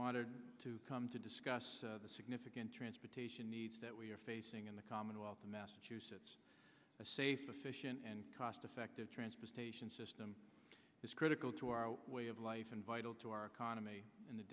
honored to come to discuss the significant transportation needs that we are facing in the commonwealth of massachusetts a safe sufficient and cost effective transportation system is critical to our way of life and vital to our economy in the